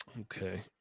okay